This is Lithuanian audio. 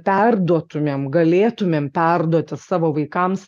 perduotumėm galėtumėm perduoti savo vaikams